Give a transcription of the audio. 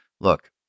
look